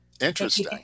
Interesting